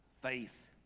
faith